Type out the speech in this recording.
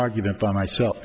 argument by myself